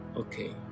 okay